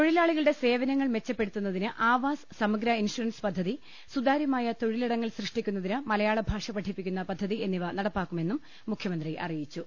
തൊഴിലാളികളുടെ സേവനങ്ങൾ മെച്ചപ്പെടുത്തുന്നതിന് ആവാസ് സമഗ്ര ഇൻഷുറൻസ് പദ്ധതി സുതാര്യമായ തൊഴിലിടങ്ങൾ സൃഷ്ടിക്കുന്നതിന് മലയാളഭാഷ പഠിപ്പിക്കുന്ന പദ്ധതി എന്നിവ നടപ്പാക്കുമെന്നും മുഖ്യമന്ത്രി അറിയിച്ചു